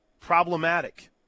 problematic